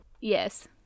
yes